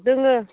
दङ